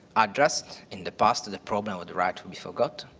addressed in the past the problem with the right to be forgot.